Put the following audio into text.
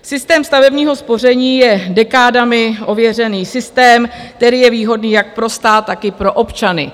Systém stavebního spoření je dekádami ověřený systém, který je výhodný jak pro stát, tak i pro občany.